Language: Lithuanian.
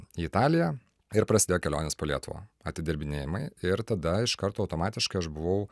į italiją ir prasidėjo kelionės po lietuvą atidirbinėjimai ir tada iš karto automatiškai aš buvau